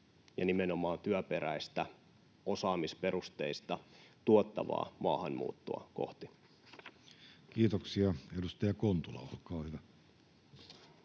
ja nimenomaan työperäistä, osaamisperusteista, tuottavaa maahanmuuttoa kohti. Kiitoksia. — Edustaja Kontula, olkaa hyvä.